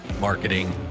marketing